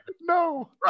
No